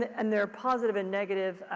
and there are positive and negative.